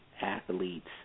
athletes